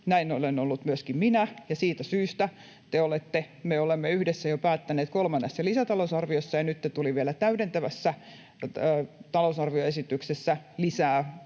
Näin olen ollut myöskin minä, ja siitä syystä te olette — me olemme — yhdessä jo päättäneet kolmannessa lisätalousarviossa ja nyt tuli vielä täydentävässä talousarvioesityksessä lisää